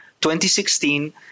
2016